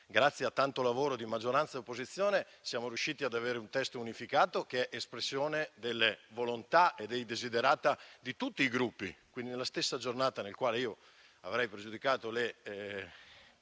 grazie al tanto lavoro di maggioranza e opposizione, siamo riusciti ad avere un testo unificato che è espressione delle volontà e dei *desiderata* di tutti i Gruppi. Pertanto, nella stessa giornata nella quale io avrei pregiudicato le